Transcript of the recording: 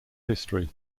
history